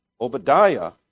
Obadiah